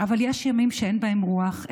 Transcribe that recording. אבל יש ימים שאין בהם רוח,